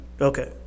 okay